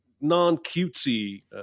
non-cutesy